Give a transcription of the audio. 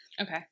Okay